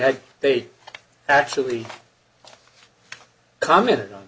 had they actually commented on